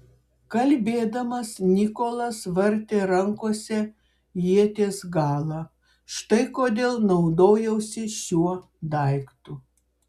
kalbėdamas nikolas vartė rankose ieties galą štai kodėl naudojausi šiuo daiktu